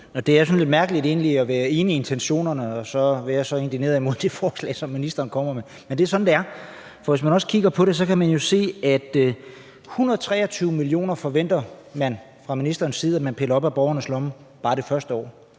er lidt mærkeligt at være enig i intentionerne og så være så indigneret imod det forslag, som ministeren kommer med. Men det er sådan, det er. For hvis man kigger på det, kan man jo se, at man fra ministerens side forventer at pille 123 mio. kr. op af borgernes lommer bare det første år.